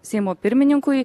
seimo pirmininkui